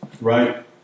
Right